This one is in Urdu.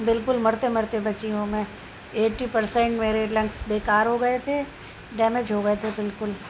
بالکل مرتے مرتے بچی ہوں میں ایٹّی پرسینٹ میرے لنگس بیکار ہو گئے تھے ڈیمیج ہو گئے تھے بالکل